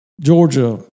Georgia